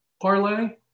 parlay